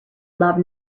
love